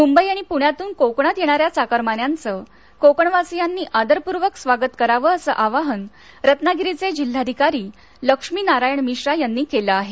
मुंबई आणि पुण्यातून कोकणात येणाऱ्या चाकरमान्यांचा कोकणवासियांनी आदरपूर्वक स्वागत करावं असं आवाहन रत्नागिरी जिल्हाधिकारी लक्ष्मी नारायण मिश्रा यांनी केले आहे